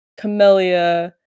Camellia